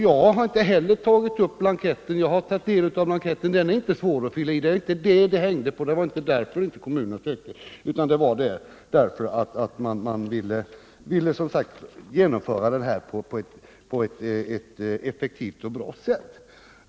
Jag har sett på blanketten och vet att den inte är svår att fylla i. Det var inte det det hängde på, det var inte därför kommunerna inte sökte, utan det var för att man ville genomföra kampanjen på ett effektivt och bra sätt.